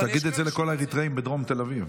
תגיד את זה לכל האריתריאים בדרום תל אביב.